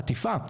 חטיפה,